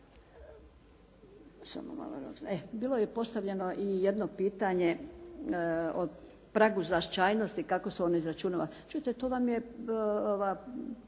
Bilo je postavljeno i jedno pitanje o pragu značajnosti kako se on izračunava. Čujte to vam je,